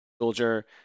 soldier